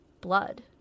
blood